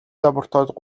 лабораторид